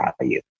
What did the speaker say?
value